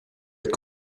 être